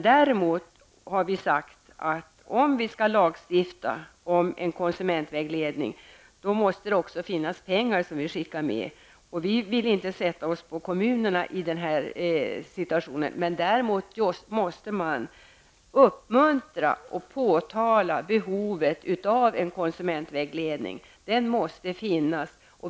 Däremot har vi sagt att om vi skall lagstifta om en konsumentvägledning måste det också finnas pengar att skicka med. Vi vill inte sätta oss på kommunerna i den här situationen. Däremot måste man uppmuntra och påtala behovet av konsumentvägledning. Den måste finnas.